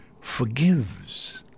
forgives